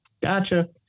gotcha